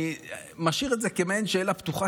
אני משאיר את זה כמעין שאלה פתוחה,